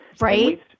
Right